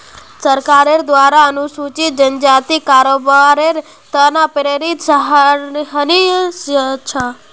सरकारेर द्वारा अनुसूचित जनजातिक कारोबारेर त न प्रेरित सराहनीय छ